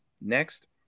next